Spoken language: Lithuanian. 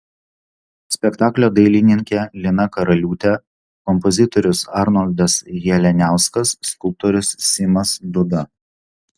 spektaklio dailininkė lina karaliūtė kompozitorius arnoldas jalianiauskas skulptorius simas dūda